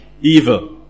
Evil